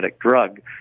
drug